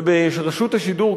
וברשות השידור,